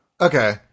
Okay